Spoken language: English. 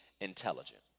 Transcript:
intelligent